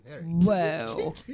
whoa